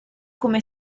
come